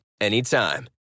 anytime